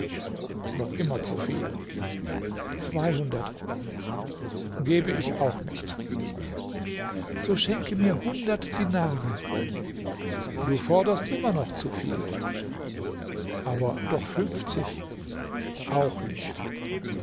noch immer zu viel zweihundert gebe ich auch nicht so schenke mir hundert dinare du forderst immer noch zu viel aber doch fünfzig auch nicht